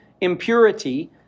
impurity